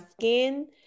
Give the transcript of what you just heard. skin